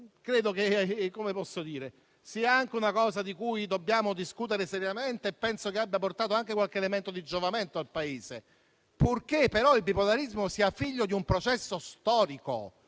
credo che sia anche una cosa di cui dobbiamo discutere seriamente e penso che abbia portato anche qualche elemento di giovamento al Paese, purché però il bipolarismo sia figlio di un processo storico.